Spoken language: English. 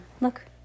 look